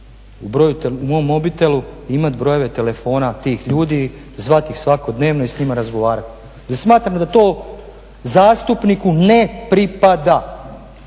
u mom mobitelu imat brojeve telefona tih ljudi, zvati ih svakodnevno i s njima razgovarati jer smatram da to zastupniku ne pripada.